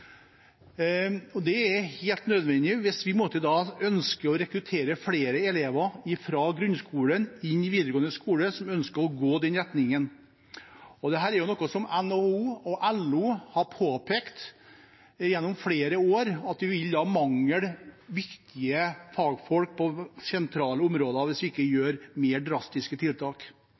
Det er helt nødvendig hvis vi ønsker å rekruttere flere elever som ønsker å gå i den retningen, fra grunnskolen og inn i den videregående skolen. Dette er noe NHO og LO har påpekt gjennom flere år, at vi vil mangle viktige fagfolk på sentrale områder hvis vi ikke gjør mer drastiske tiltak.